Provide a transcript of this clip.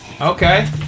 Okay